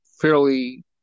fairly